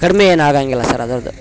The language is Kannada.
ಕಡಿಮೆ ಏನು ಆಗೊಂಗಿಲ್ಲ ಸರ್ ಅದ್ರದ್ದು